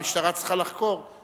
המשטרה צריכה לחקור,